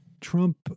Trump